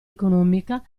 economica